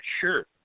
sure